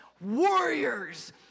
Warriors